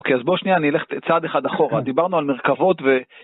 אוקיי, אז בואו שנייה, אני אלך צעד אחד אחורה. דיברנו על מרכבות ו...